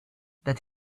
that